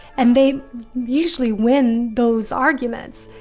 and they usually win those arguments.